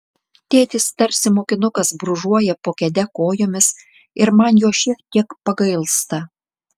tėtis tarsi mokinukas brūžuoja po kėde kojomis ir man jo šiek tiek pagailsta